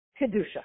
Kedusha